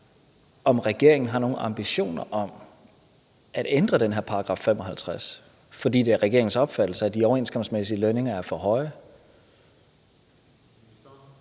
om regeringen har nogen ambitioner om at ændre den her § 55, fordi det er regeringens opfattelse, at de overenskomstmæssige lønninger er for høje.